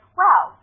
wow